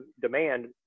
demand